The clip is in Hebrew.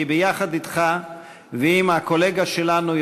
כי ביחד אתך ועם הקולגה שלנו,